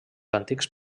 antics